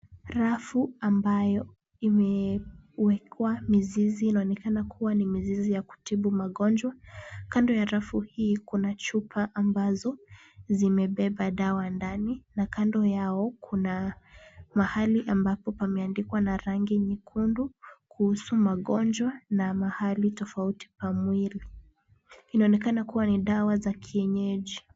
Rafu ambayo imewekwa mizizi, inaonekana kuwa na mizizi ya kutibu magonjwa. Kando ya rafu hii kuna chupa ambazo zimebeba dawa ndani na kando yao kuna mahali ambapo pameandikwa na rangi nyekundu kuhusu magonjwa na mahali tofauti pa mwili. Inaonekana kuwa ni dawa za kienyeji.